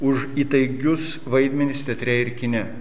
už įtaigius vaidmenis teatre ir kine